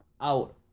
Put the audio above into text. out